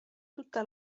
tutta